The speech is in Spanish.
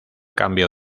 cambio